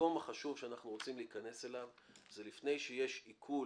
המקום החשוב שאנחנו רוצים להיכנס אליו זה לפני שיש עיקול,